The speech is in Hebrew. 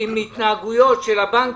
עם התנהגות של הבנקים,